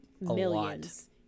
millions